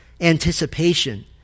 anticipation